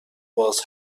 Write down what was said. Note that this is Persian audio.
باز